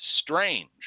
Strange